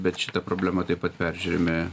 bet šitą problemą taip pat peržiūrime